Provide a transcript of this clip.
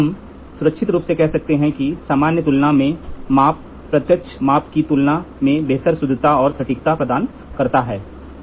हम सुरक्षित रूप से कह सकते हैं कि सामान्य तुलना में माप प्रत्यक्ष माप की तुलना में बेहतर शुद्धता और सटीकता प्रदान करता है